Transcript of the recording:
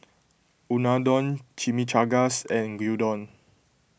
Unadon Chimichangas and Gyudon